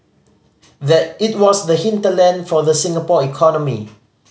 that it was the hinterland for the Singapore economy